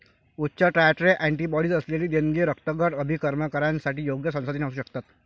उच्च titre antibodies असलेली देणगी रक्तगट अभिकर्मकांसाठी योग्य संसाधने असू शकतात